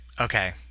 Okay